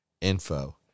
info